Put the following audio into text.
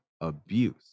abuse